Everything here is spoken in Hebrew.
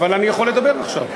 אבל אני יכול לדבר עכשיו.